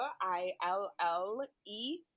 I-L-L-E